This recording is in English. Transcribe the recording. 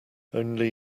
only